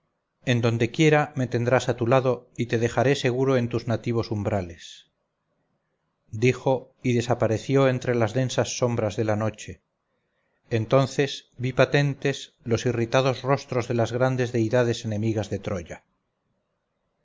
en donde quiera me tendrás a tu lado y te dejaré seguro en tus nativos umbrales dijo y desapareció entre las densas sombras de la noche entonces vi patentes los irritados rostros de las grandes deidades enemigas de troya